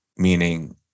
Meaning